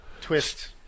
twist